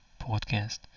podcast